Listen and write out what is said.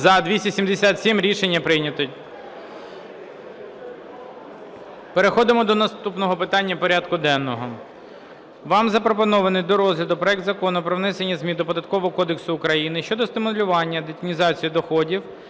За-277 Рішення прийнято. Переходимо до наступного питання порядку денного. Вам запропонований до розгляду проект Закону про внесення змін до Податкового кодексу України щодо стимулювання детінізації доходів